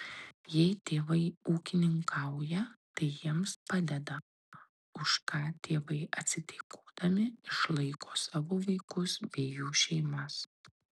jei tėvai ūkininkauja tai jiems padeda už ką tėvai atsidėkodami išlaiko savo vaikus bei jų šeimas